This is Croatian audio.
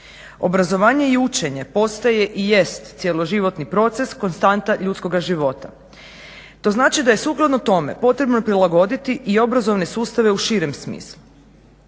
Obrazovanje i učenje postaje i jest cjeloživotni proces, konstanta ljudskoga života. To znači da je sukladno tome potrebno prilagoditi i obrazovne sustave u širem smislu.